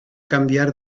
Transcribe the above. cambiar